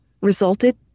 resulted